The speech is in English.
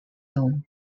known